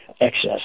excess